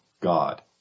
God